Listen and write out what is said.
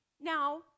Now